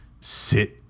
sit